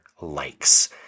likes